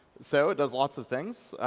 so it does lots of things. i